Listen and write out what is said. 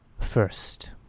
First